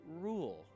rule